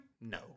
No